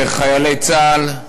חיילי צה"ל,